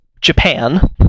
Japan